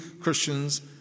Christians